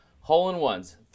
hole-in-ones